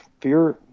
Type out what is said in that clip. fear